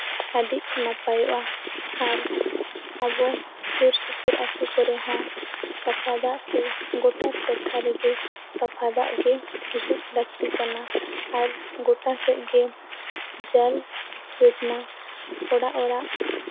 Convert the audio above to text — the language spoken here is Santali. ᱟᱹᱰᱤ ᱱᱟᱯᱟᱭᱚᱜᱼᱟ ᱟᱨ ᱟᱵᱚ ᱥᱩᱨ ᱥᱩᱯᱩᱨ ᱟᱛᱳ ᱠᱚᱨᱮ ᱦᱚᱸ ᱥᱟᱯᱷᱟ ᱫᱟᱜ ᱥᱮ ᱜᱳᱴᱟ ᱴᱚᱴᱷᱟ ᱨᱮᱜᱮ ᱥᱟᱯᱷᱟ ᱫᱟᱜ ᱜᱮ ᱦᱤᱡᱩᱜ ᱞᱟᱹᱠᱛᱤᱜ ᱠᱟᱱᱟ ᱟᱨ ᱜᱚᱴᱟ ᱥᱮᱫ ᱜᱮ ᱡᱚᱞ ᱭᱳᱡᱽᱱᱟ ᱚᱲᱟᱜᱼᱚᱲᱟᱜ